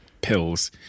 pills